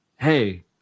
Hey